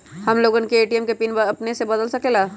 हम लोगन ए.टी.एम के पिन अपने से बदल सकेला?